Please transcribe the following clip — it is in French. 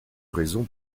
raison